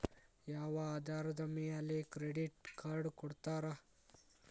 ಯಾವ ಆಧಾರದ ಮ್ಯಾಲೆ ಕ್ರೆಡಿಟ್ ಕಾರ್ಡ್ ಕೊಡ್ತಾರ?